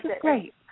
great